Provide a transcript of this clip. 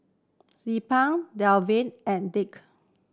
Zilpah Davian and Dirk